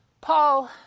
Paul